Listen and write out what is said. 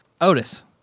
Otis